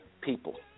people